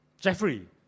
Jeffrey